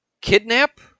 kidnap